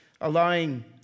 allowing